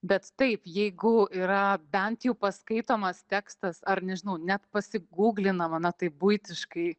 bet taip jeigu yra bent jau paskaitomas tekstas ar nežinau net pasiguglinama na taip buitiškai